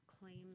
claims